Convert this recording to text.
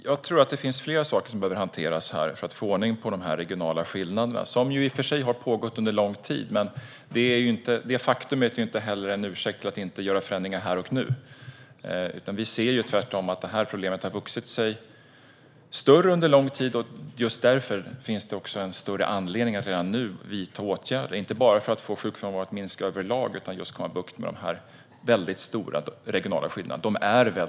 Fru talman! Det är flera saker som behöver hanteras för att få ordning på de regionala skillnaderna. Det har i och för sig pågått under lång tid, men det är ingen ursäkt för att inte göra förändringar här och nu. Problemet har vuxit sig större under lång tid, och just därför finns det stor anledning att redan nu vidta åtgärder - inte bara för att få sjukfrånvaron att minska över lag utan för att få bukt med just de stora regionala skillnaderna.